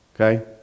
okay